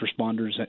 responders